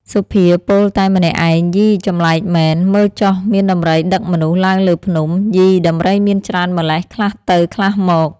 សុភាពោលតែម្នាក់ឯង យី ចម្លែកមែន មើលចុះ មានដំរីដឹកមនុស្សឡើងលើភ្នំ យី ដំរីមានច្រើនម៉្លេះ ខ្លះទៅខ្លះមក។